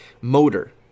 motor